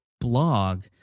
blog